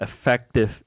effective